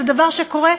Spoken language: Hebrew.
זה דבר שקורה,